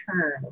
turn